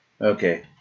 Okay